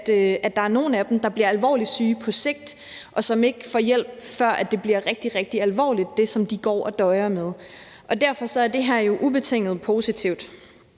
at der er nogle af dem, der på sigt bliver alvorligt syge, og som ikke får hjælp, før det bliver rigtig, rigtig alvorligt, altså det, som de går og døjer med. Derfor er det her jo ubetinget positivt.